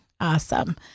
Awesome